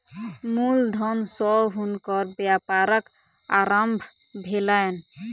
मूल धन सॅ हुनकर व्यापारक आरम्भ भेलैन